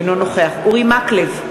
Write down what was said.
אינו נוכח אורי מקלב,